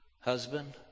Husband